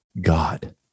God